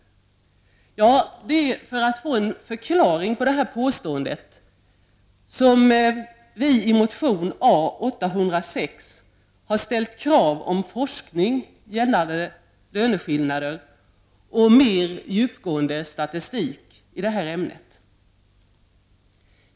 Det är för att få en förklaring till det påståendet som vi i motion A806 har ställt krav på forskning gällande löneskillnader och mer djupgående statistik i ämnet.